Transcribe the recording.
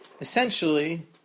essentially